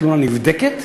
התלונה נבדקת,